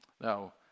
Now